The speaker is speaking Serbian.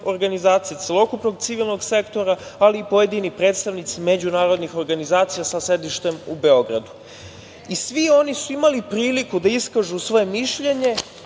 organizacija, celokupnog civilnog sektora, ali i pojedini predstavnici međunarodnih organizacija sa sedištem u Beogradu. Svi oni su imali priliku da iskažu svoje mišljenje